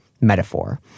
metaphor